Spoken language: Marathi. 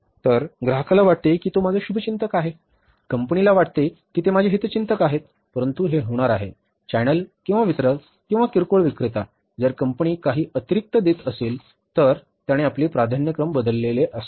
तर ग्राहकाला वाटते की तो माझा शुभचिंतक आहे कंपनीला वाटते की ते माझे हितचिंतक आहेत परंतु हे होणार आहे चॅनेल किंवा वितरक किंवा किरकोळ विक्रेता जर कंपनी काही अतिरिक्त देत असेल तर त्याने आपले प्राधान्यक्रम बदलले असेल